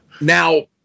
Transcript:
Now